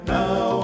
now